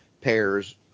pairs